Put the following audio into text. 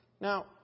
Now